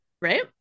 Right